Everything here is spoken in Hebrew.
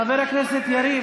חבר הכנסת יריב,